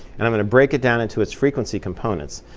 and i going to break it down into its frequency components,